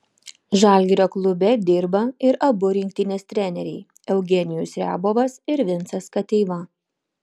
žalgirio klube dirba ir abu rinktinės treneriai eugenijus riabovas ir vincas kateiva